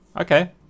Okay